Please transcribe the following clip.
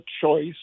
choice